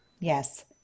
Yes